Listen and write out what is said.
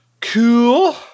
cool